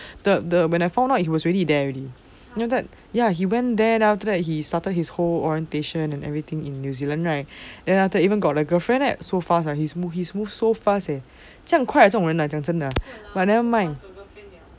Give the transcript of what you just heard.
the the when I found out he was already there already know that ya he went there then after that he started his whole orientation and everything in new zealand right then after that even got a girl friend eh so fast lah he's his moves so fast leh 这样快这种人来讲真的 but never mind